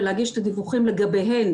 ולהגיש את הדיווחים לגביהן